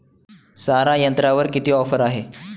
सारा यंत्रावर किती ऑफर आहे?